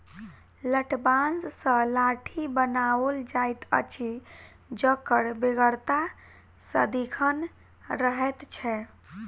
लठबाँस सॅ लाठी बनाओल जाइत अछि जकर बेगरता सदिखन रहैत छै